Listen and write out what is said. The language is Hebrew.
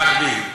במקביל.